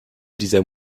dieser